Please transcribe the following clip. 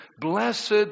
blessed